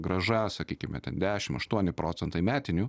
grąža sakykime ten dešim aštuoni procentai metinių